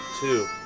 two